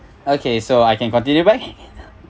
okay so I can continue back